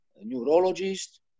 neurologist